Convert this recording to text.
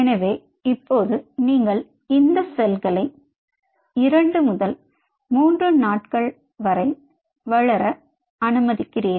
எனவே இப்போது நீங்கள் இந்த செல்களை 2 முதல் 3 நாட்கள் வரை வளர அனுமதிக்கிறீர்கள்